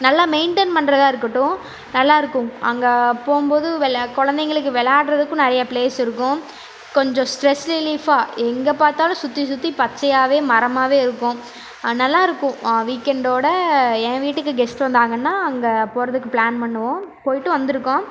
நல்லா மெயின்டெயின் பண்ணுறதா இருக்கட்டும் நல்லா இருக்கும் அங்கே போகும்போது வௌ குழந்தைங்களுக்கு விளாட்றதுக்கும் நிறைய பிளேஸ் இருக்கும் கொஞ்சம் ஸ்ட்ரெஸ் ரிலீஃபாக எங்கே பார்த்தாலும் சுற்றி சுற்றி பச்சையாகவே மரமாகவே இருக்கும் நல்லா இருக்கும் வீக்கெண்டோடு என் வீட்டுக்கு கெஸ்ட் வந்தாங்கனால் அங்கே போகிறதுக்கு பிளான் பண்ணுவோம் போய்விட்டும் வந்திருக்கோம்